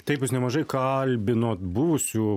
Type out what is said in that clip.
taip bus nemažai kalbinot buvusių